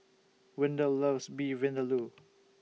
Windell loves Beef Vindaloo